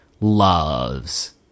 loves